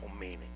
meaning